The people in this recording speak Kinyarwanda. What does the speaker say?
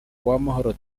uwamahoro